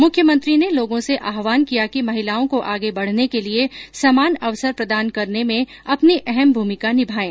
मुख्यमंत्री ने लोगों से आहवान किया कि महिलाओं को आगे बढने के लिये समान अवसर प्रदान करने में अपनी अहम भूमिका निभायें